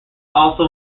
also